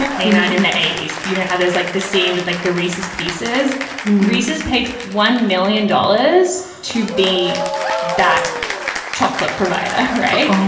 came out in the eighty s you know how does like the scene with like the reese's pieces reese's paid one million dollars to be that chocolate provider right.